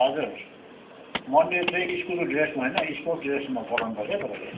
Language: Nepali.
हजुर मन्डे चाहिँ स्कुलको ड्रेसमा होइन स्पोर्टस् ड्रेसमा पठाउनुपर्छ है तपाईँले